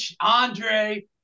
Andre